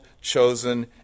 chosen